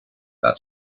that